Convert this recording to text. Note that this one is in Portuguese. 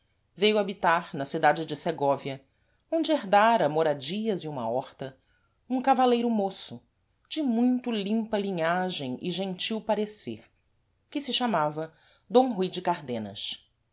veio habitar na cidade de segóvia onde herdara moradias e uma horta um cavaleiro moço de muito limpa linhagem e gentil parecer que se chamava d rui de